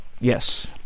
Yes